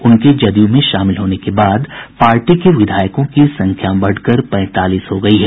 उनके जदयू में शामिल होने के बाद पार्टी के विधायकों की संख्या बढ़कर पैंतालीस हो गयी है